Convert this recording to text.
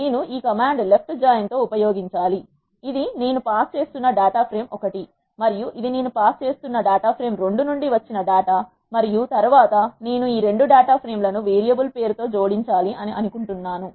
నేను ఈ command left join ఉపయోగించాలి ఇది నేను పాస్ చేస్తున్న డేటా ఫ్రేమ్ 1 మరియు ఇది నేను పాస్ చేస్తున్న డేటా ఫ్రేమ్ 2 నుండి వచ్చిన డేటా మరియు తరువాత నేను ఈ రెండు డేటా ఫ్రేమ్ లను వేరియబుల్ పేరుతో జోడించాలి అని కోరుకుంటున్నాను